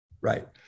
Right